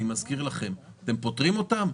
אתם פוטרים אותם?